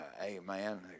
amen